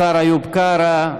השר איוב קרא,